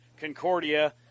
Concordia